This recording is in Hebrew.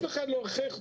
לכן בחרנו